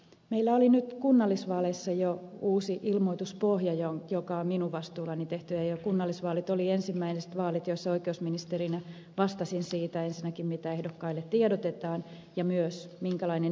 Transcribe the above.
meillä oli jo nyt kunnallisvaaleissa uusi ilmoituspohja joka on minun vastuullani tehty ja kunnallisvaalit olivat ensimmäiset vaalit joissa oikeusministerinä vastasin ensinnäkin siitä mitä ehdokkaille tiedotetaan ja myös siitä minkälainen ilmoituspohja on